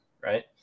right